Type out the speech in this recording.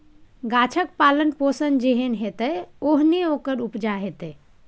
गाछक पालन पोषण जेहन हेतै ओहने ओकर उपजा हेतै